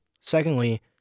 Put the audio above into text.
Secondly